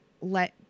let